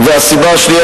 והסיבה השנייה,